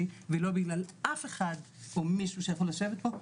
ולא בגלל אף אחד ממישהו שיכול לשבת פה,